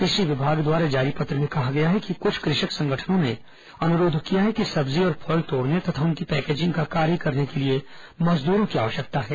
कृषि विभाग द्वारा जारी पत्र में कहा गया है कि कुछ कृषक संगठनों ने अनुरोध किया है कि सब्जी और फल तोड़ने तथा उनकी पैकेजिंग का कार्य करने के लिए मजदूरों की आवश्यकता है